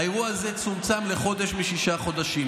האירוע הזה צומצם לחודש, משישה חודשים.